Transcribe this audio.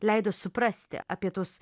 leido suprasti apie tuos